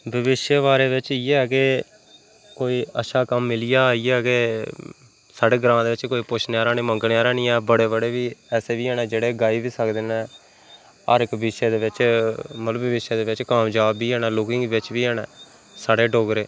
भविश्य बारे बिच्च इ'यै के कोई अच्छा कम्म मिली जा आई जा के साढ़े ग्रांऽ दे बिच्च कोई पुच्छने आह्ला निं मंगने आह्ला नि ऐ बड़े बड़े बी ऐसे बी हैन जेह्ड़े गाई बी सकदे न हर इक विशे दे बिच्च मतलब विशे दे बिच्च कामयाब बी हैन लुकिंग बिच्च बी हैन साढ़े डोगरे